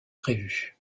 prévue